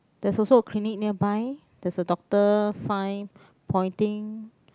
there's also a clinic nearby there's a doctor sign pointing